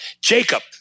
Jacob